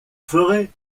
forêts